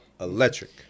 electric